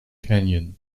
canyon